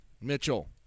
Mitchell